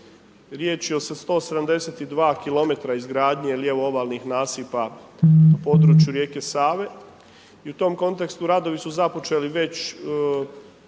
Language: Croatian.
Riječ je o 172km izgradnje lijevo ovalnih nasipa u području rijeke Save. I u tom kontekstu radovi za započeli već